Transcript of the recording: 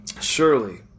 Surely